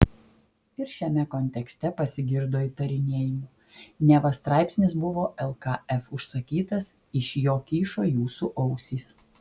ir šiame kontekste pasigirdo įtarinėjimų neva straipsnis buvo lkf užsakytas iš jo kyšo jūsų ausys